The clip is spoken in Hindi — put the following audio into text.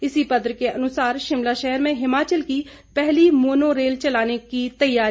इसी पत्र के अनुसार शिमला शहर में हिमाचल की पहली मोनो रेल चलाने की तैयारी